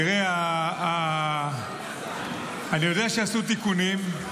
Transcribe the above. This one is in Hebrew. תראה, אני יודע שעשו תיקונים,